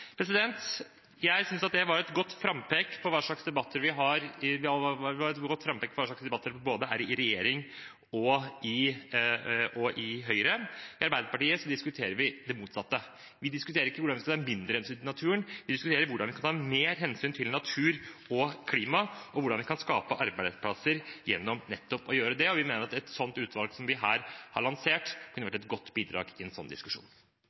Jeg synes at det var et godt frampek for hva slags debatter man har i regjering og i Høyre. I Arbeiderpartiet diskuterer vi det motsatte. Vi diskuterer ikke hvordan vi skal ta mindre hensyn til naturen, vi diskuterer hvordan vi kan ta mer hensyn til natur og klima, og hvordan vi kan skape arbeidsplasser gjennom nettopp å gjøre det. Vi mener at et sånt utvalg som vi her har lansert, kunne vært et godt bidrag i en sånn diskusjon.